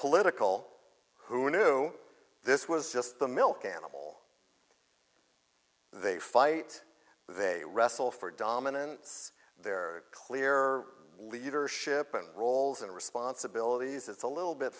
political who knew this was just the milk animal they fight they wrestle for dominance there are clear leadership and roles and responsibilities it's a little bit